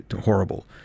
horrible